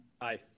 Aye